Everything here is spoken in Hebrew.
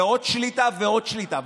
ועוד שליטה ועוד שליטה.